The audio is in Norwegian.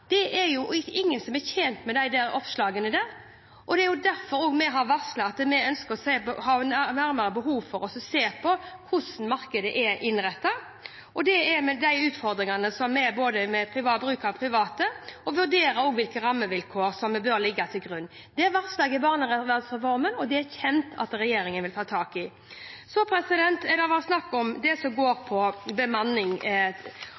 er det ingen som er tjent med. Det er derfor vi har varslet at vi ønsker å se nærmere på hvordan markedet er innrettet, på utfordringene med bruk av private og også vurdere hvilke rammevilkår som vi bør legge til grunn. Det varslet jeg i forbindelse med barnevernsreformen, og det er det kjent at regjeringen vil ta tak i. Så har det vært snakk om det som